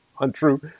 untrue